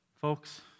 Folks